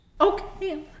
Okay